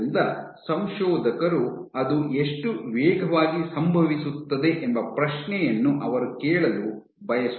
ಆದ್ದರಿಂದ ಸಂಶೋಧಕರು ಅದು ಎಷ್ಟು ವೇಗವಾಗಿ ಸಂಭವಿಸುತ್ತದೆ ಎಂಬ ಪ್ರಶ್ನೆಯನ್ನು ಅವರು ಕೇಳಲು ಬಯಸುತ್ತಾರೆ